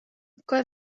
quai